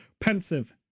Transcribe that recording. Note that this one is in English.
Pensive